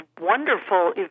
wonderful